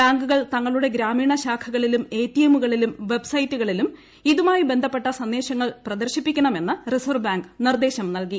ബാങ്കുകൾ തങ്ങളുടെ ഗ്രാമീണ ശാഖകളിലും എ ടി എം കളിലും വെബ്സൈറ്റുകളിലും ഇതുമായി ബന്ധപ്പെട്ട സന്ദേശങ്ങൾ പ്രദർശിപ്പിക്കണമെന്ന് റിസർവ്വ് ബാങ്ക് നിർദ്ദേശം നൽകി